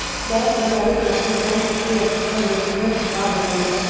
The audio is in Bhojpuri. टैक्स बचावे खातिर कऊन सबसे अच्छा इन्वेस्टमेंट बा बताई?